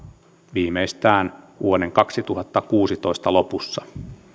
viimeistään vuoden kaksituhattakuusitoista lopussa